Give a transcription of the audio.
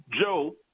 Joe